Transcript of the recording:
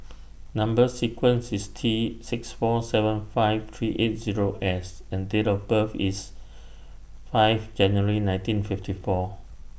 Number sequence IS T six four seven five three eight Zero S and Date of birth IS five January nineteen fifty four